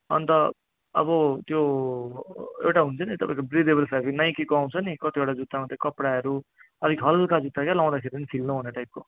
अन्त अब त्यो एउटा हुन्छ नि तपाईँको ब्रिदेबल खालको नाइकीको आँउछ नि कतिवटा जुत्तामा त्यो कपडाहरू अलिक हल्का जुत्ता के लाउँदाखेरि नि फिल नहुने टाइपको